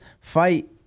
fight